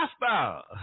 Master